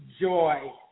joy